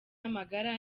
magara